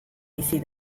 bizi